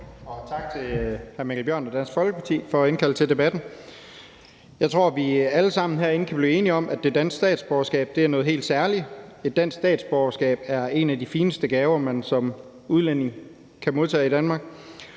tak til hr. Mikkel Bjørn fra Dansk Folkeparti for at indkalde til debatten. Jeg tror, vi alle sammen herinde kan blive enige om, at det danske statsborgerskab er noget helt særligt. Et dansk statsborgerskab er en af de fineste gaver, man som udlænding kan modtage i Danmark,